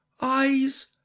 Eyes